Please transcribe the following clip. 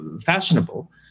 fashionable